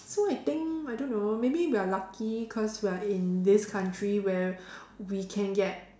so I think I don't know maybe we're lucky cause we're in this country where we can get